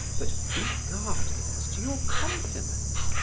but be guarded as to your compliments,